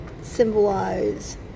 symbolize